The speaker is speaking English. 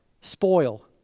spoil